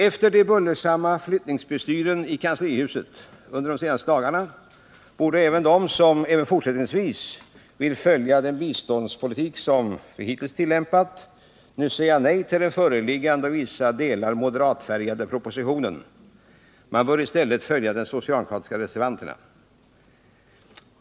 Efter de bullersamma flyttningsbestyren i kanslihuset under de senaste dagarna borde de som även fortsättningsvis vill följa den hittills tillämpade biståndspolitiken över hela linjen nu säga nej till den föreliggande, i vissa delar moderatfärgade propositionen. Man bör i stället följa de socialdemokratiska reservanterna.